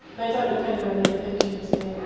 they don't look anywhere near finishing to me.